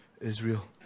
Israel